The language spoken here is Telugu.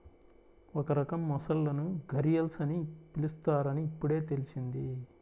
ఒక రకం మొసళ్ళను ఘరియల్స్ అని పిలుస్తారని ఇప్పుడే తెల్సింది